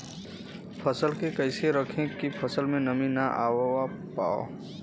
फसल के कैसे रखे की फसल में नमी ना आवा पाव?